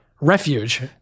refuge